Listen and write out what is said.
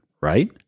right